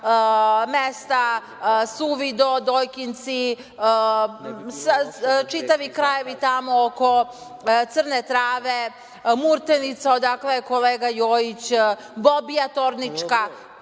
mesta – Suvi Do, Dojkinci, čitavi krajevi tamo oko Crne Trave, Murtenica, a odakle je kolega Jojić, Tornička